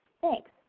Thanks